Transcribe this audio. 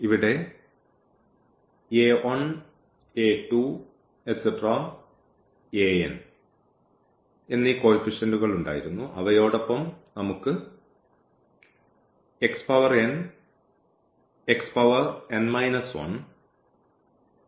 ഇവിടെ ഈ എന്നീ കോയിഫിഷ്യന്റ്കൾ ഉണ്ടായിരുന്നു അവയോടൊപ്പം നമുക്ക് ഈ